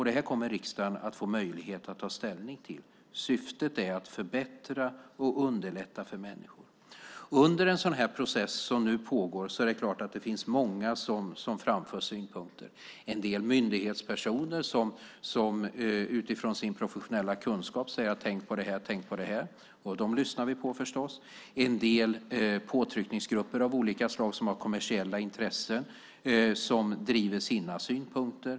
Detta kommer riksdagen att få möjlighet att ta ställning till. Syftet är att förbättra och underlätta för människor. Under en sådan process som nu pågår är det klart att det finns många som framför synpunkter. En del myndighetspersoner säger utifrån sin professionella kunskap: Tänk på det här och det här! Dem lyssnar vi förstås på. En del påtryckningsgrupper av olika slag som har kommersiella intressen driver sina synpunkter.